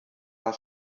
war